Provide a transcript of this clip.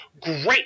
Great